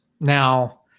Now